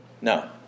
No